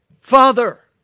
Father